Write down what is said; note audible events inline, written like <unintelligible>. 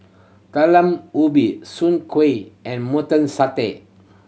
Talam Ubi Soon Kway and <unintelligible> Satay